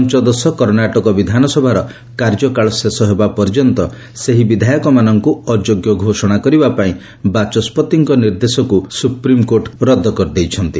ପଞ୍ଚଦଶ କର୍ଣ୍ଣାଟକ ବିଧାନସଭାର କାର୍ଯ୍ୟକାଳ ଶେଷ ହେବା ପର୍ଯ୍ୟନ୍ତ ସେହି ବିଧାୟକମାନଙ୍କୁ ଅଯୋଗ୍ୟ ଘୋଷଣା କରିବା ପାଇଁ ବାଚସ୍କତିଙ୍କ ନିର୍ଦ୍ଦେଶକୁ ସୁପ୍ରିମକୋର୍ଟ ରଦ୍ଦ କରିଦେଇଛନ୍ତି